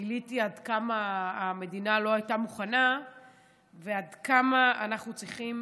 גיליתי עד כמה המדינה לא הייתה מוכנה ועד כמה אנחנו צריכים